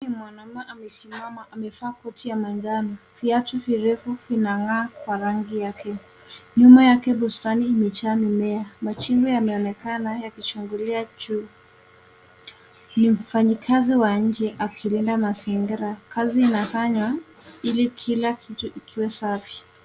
Mwanaume amesimama amevaa koti ya manjano. Viatu virefu vinang'aa kwa rangi yake. Nyuma yake bustani imejaa mimea . Majengo yameonekana yakichungulia juu. Ni mfanyakazi wa nchi akilinda mazingira. Kazi inafanywa ili kila kitu iwe safi.